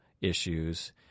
issues